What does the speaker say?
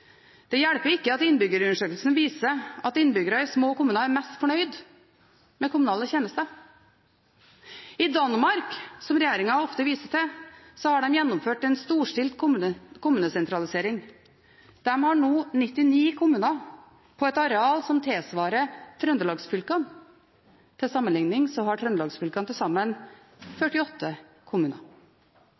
Det hjelper ikke at Innbyggerundersøkelsen viser at innbyggere i små kommuner er mest fornøyd med kommunale tjenester. I Danmark, som regjeringen ofte viser til, har man gjennomført en storstilt kommunesentralisering. De har nå 99 kommuner på et areal som tilsvarer trøndelagsfylkene. Til sammenligning har trøndelagsfylkene til sammen 48 kommuner.